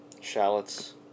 shallots